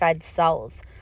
cells